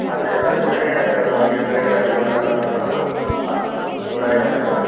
ಅದೇ ಎಲ್ಲ ಕೂಡಿ ಅದು ನೀವು ಹೇಳಿದಿರ ನೂರ ನಲವತ್ತು ನೂರ ಐವತ್ತಲ್ವಾ